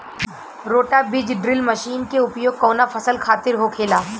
रोटा बिज drill machine के उपयोग कऊना फसल खातिर होखेला?